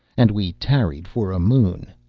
and we tarried for a moon,